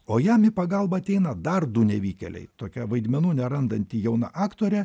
o jam į pagalbą ateina dar du nevykėliai tokia vaidmenų nerandanti jauna aktorė